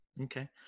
Okay